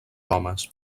homes